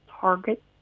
target